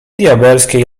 diabelskiej